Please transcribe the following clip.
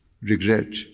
regret